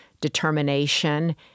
determination